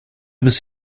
bis